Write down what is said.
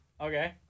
Okay